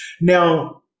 Now